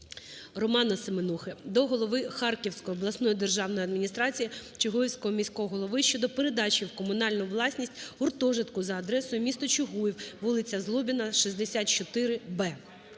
РоманаСеменухи до голови Харківської обласної державної адміністрації, Чугуївського міського голови щодо передачі в комунальну власність гуртожитку за адресою місто Чугуїв, вулиця Злобіна 64-б.